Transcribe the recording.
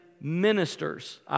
ministers